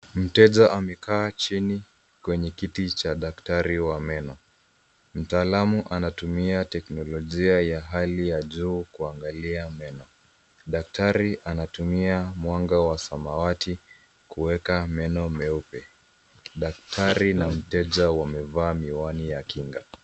Mteja amekaa chini kwenye kiti cha daktari wa meno. Mtaalamu anatumia teknolojia ya hali ya juu kuangalia meno. Daktari anatumia mwanga wa samawati kuweka meno meupe. Daktari na mteja wamevaa miwani ya kinga.